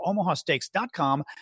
omahasteaks.com